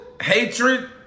hatred